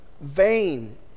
Vain